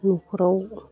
न'खराव